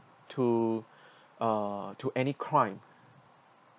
to uh to any crime